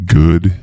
good